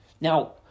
Now